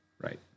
Right